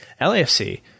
LAFC